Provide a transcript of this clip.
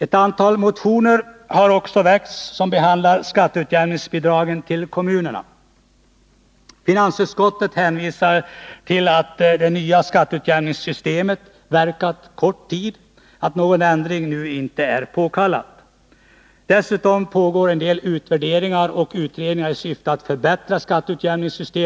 Ett antal motioner som behandlar skatteutjämningsbidragen till kommunerna har också väckts. Finansutskottet hänvisar till att det nya skatteutjämningssystemet verkat Nr 133 så kort tid att någon ändring nu inte är påkallad. Dessutom pågår en del Torsdagen den utvärderingar och utredningar i syfte att förbättra skatteutjämningssystemet.